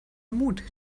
mut